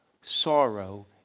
sorrow